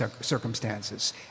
circumstances